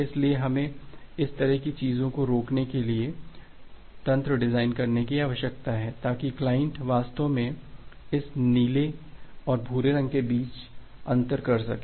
इसलिए हमें इस तरह की चीजों को रोकने के लिए तंत्र डिजाइन करने की आवश्यकता है ताकि क्लाइंट वास्तव में इस नीले और भूरे रंग के बीच अंतर कर सकें